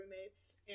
roommates